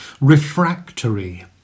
refractory